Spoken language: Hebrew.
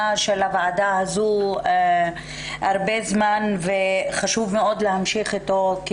הוועדה הזו זמן רב וחשוב מאוד להמשיך את הדיון בו.